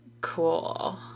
Cool